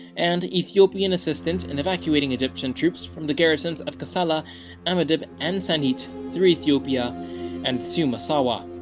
and ethiopian assistance and evacuating egyptian troops from the garrisons of kassala amedib and senhit, through ethiopia and to massawa.